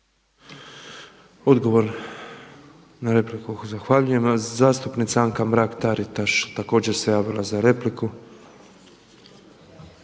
Odgovor na repliku zahvaljujem vam. Zastupnica Anka Mrak Taritaš također se javila za repliku.